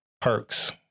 perks